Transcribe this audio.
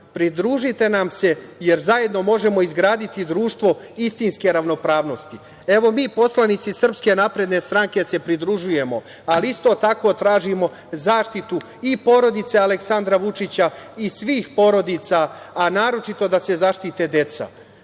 pridružite nam se jer zajedno možemo izgraditi društvo istinske ravnopravnosti. Mi poslanici SNS se pridružujemo, ali isto tako tražimo zaštitu i porodice Aleksandra Vučića i svih porodica, a naročito da se zaštite deca. Niko